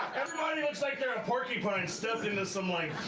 everybody looks like they're a porcupine stuffed into some like.